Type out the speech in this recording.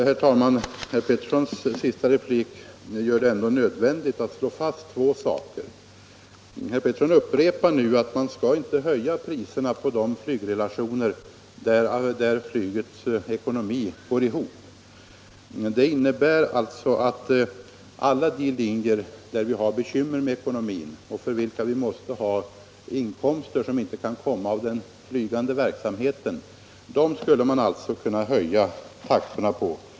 Herr talman! Den senaste repliken av herr Petersson i Gäddvik gör det nödvändigt att slå fast ett par saker. Herr Petersson upprepar nu att vi skall inte höja priserna på de flygrelationer där ekonomin går ihop. Det innebär att vi skulle höja taxorna för alla de linjer där man har bekymmer med ekonomin och för vilka man måste ha inkomster som inte kan komma av den flygande verksamheten.